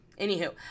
anywho